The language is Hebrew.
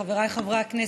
חבריי חברי הכנסת,